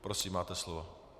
Prosím, máte slovo.